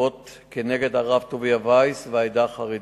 כתובות נגד הרב טוביה וייס והעדה החרדית.